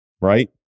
right